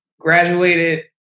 graduated